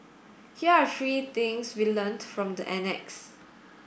here are three things we learnt from the annex